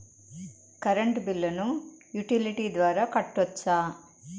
Current బిల్లును utility ద్వారా కట్టొచ్చా?